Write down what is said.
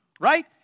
Right